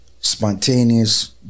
spontaneous